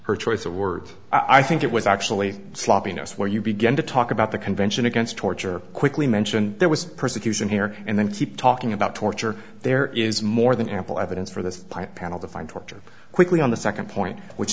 her choice of words i think it was actually sloppiness where you begin to talk about the convention against torture quickly mention there was persecution here and then keep talking about torture there is more than ample evidence for this panel to find torture quickly on the second point which